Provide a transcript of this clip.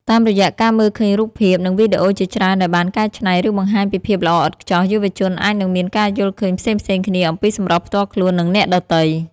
តាមរយៈការមើលឃើញរូបភាព និងវីដេអូជាច្រើនដែលបានកែច្នៃ ឬបង្ហាញពីភាពល្អឥតខ្ចោះ យុវជនអាចនឹងមានការយល់ឃើញផ្សេងៗគ្នាអំពីសម្រស់ផ្ទាល់ខ្លួន និងអ្នកដទៃ។